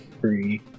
three